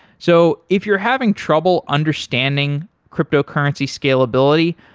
so if you're having trouble understanding cryptocurrency scalability,